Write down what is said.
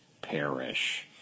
perish